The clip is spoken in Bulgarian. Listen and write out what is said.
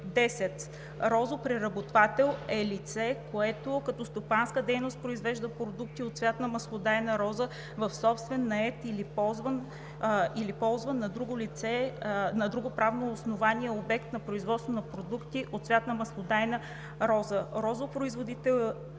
10. „Розопреработвател“ е лице, което като стопанска дейност произвежда продукти от цвят на маслодайна роза в собствен, нает или ползван на друго правно основание обект за производство на продукти от цвят на маслодайна роза. 11. „Розопроизводител“ е